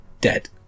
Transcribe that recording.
dead